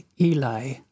Eli